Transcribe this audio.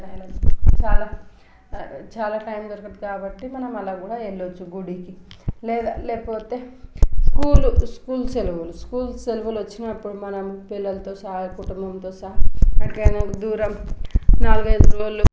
చాలా చాలా టైమ్ దొరకదు కాబట్టి మనం అలా కూడా వెళ్ళచ్చు గుడికి లేదా లేకపోతే స్కూలు స్కూల్ సేలవులు స్కూల్ సెలవులొచ్చినప్పుడు మనం పిల్లలతో సహా కుటుంబంతో సహా ఎక్కడైనా దూరం నాలుగైదు రోజులు